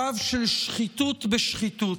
שחיתות בשחיתות.